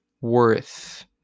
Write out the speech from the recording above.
worth